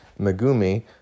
Megumi